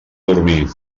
dormir